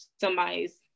somebody's